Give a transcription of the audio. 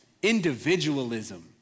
individualism